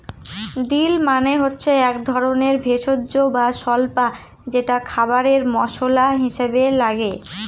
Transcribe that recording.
deal মানে হচ্ছে এক ধরনের ভেষজ বা স্বল্পা যেটা খাবারে মশলা হিসাবে লাগে